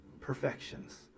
perfections